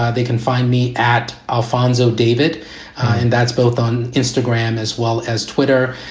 ah they can find me at alfonzo david and that's both on instagram as well as twitter.